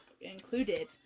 included